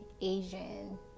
Asian